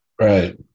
right